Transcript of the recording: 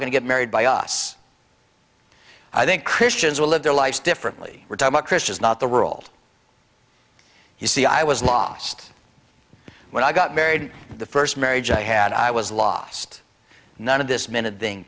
going to get married by us i think christians will live their life differently we're taught christians not the world you see i was lost when i got married the first marriage i had i was lost none of this minute thing